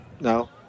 no